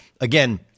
Again